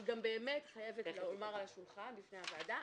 אני חייבת לומר על השולחן בפני הוועדה,